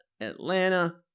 Atlanta